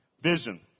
vision